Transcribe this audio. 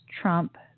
Trump